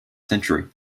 century